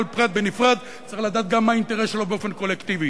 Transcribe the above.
כל פרט בנפרד צריך לדעת גם מה האינטרס שלו באופן קולקטיבי.